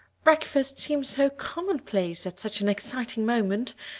breakfast seems so commonplace at such an exciting moment.